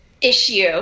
issue